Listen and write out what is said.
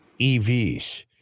EVs